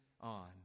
on